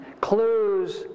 clues